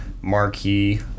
marquee